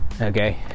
Okay